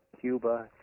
Cuba